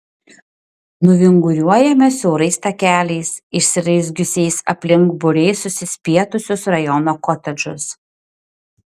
nuvinguriuojame siaurais takeliais išsiraizgiusiais aplink būriais susispietusius rajono kotedžus